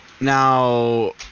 now